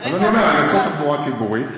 אז אני אומר לעשות תחבורה ציבורית,